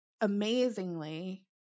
amazingly